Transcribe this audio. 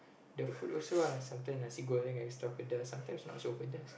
the food also ah sometimes nasi-goreng extra pedas sometimes not so pedas